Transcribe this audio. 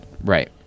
right